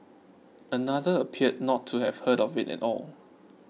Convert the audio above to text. another appeared not to have heard of it at all